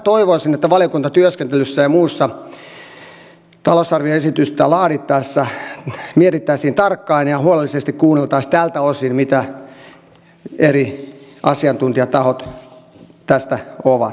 toivoisin että valiokuntatyöskentelyssä ja muussa talousarvioesitystä laadittaessa tätä mietittäisiin tarkkaan ja huolellisesti kuunneltaisiin tältä osin mitä mieltä eri asiantuntijatahot tästä ovat